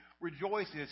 rejoices